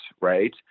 right